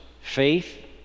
faith